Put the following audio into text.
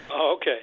Okay